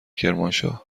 کرمانشاه